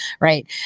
right